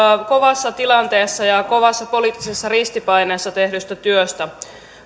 kovassa tilanteessa ja kovassa poliittisessa ristipaineessa tehdystä työstä